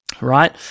right